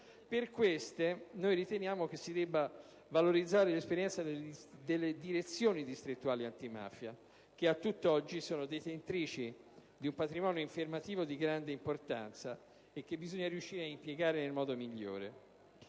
Per queste noi riteniamo che si debba valorizzare l'esperienza delle direzioni distrettuali antimafia che, a tutt'oggi, sono detentrici di un patrimonio informativo di grande importanza e che bisogna riuscire a impiegare nel modo migliore.